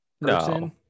no